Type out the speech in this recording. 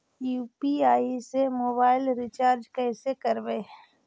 UPI से mobile recharge कैसे करबइ?